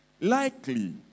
Likely